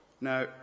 Now